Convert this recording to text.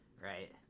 right